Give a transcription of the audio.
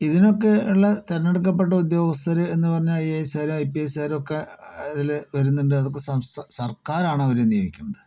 ഇതിനൊക്കെ ഉള്ള തിരഞ്ഞെടുക്കപ്പെട്ട ഉദ്യോഗസ്ഥർ എന്ന് പറഞ്ഞാൽ ഐ എ എസ്സുകാര് ഐ പി എസുകാര് ഒക്കെ അതിൽ വരുന്നുണ്ട് അതിപ്പോൾ സംസ്ഥാ സർക്കാരാണ് അവരെ നിയോഗിക്കണത്